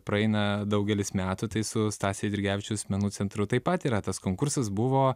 praeina daugelis metų tai su stasio eidrigevičiaus menų centru taip pat yra tas konkursas buvo